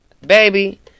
baby